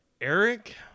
Eric